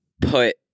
put